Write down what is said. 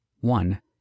one